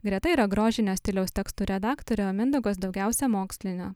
greta yra grožinio stiliaus teksto redaktorė o mindaugas daugiausia mokslinio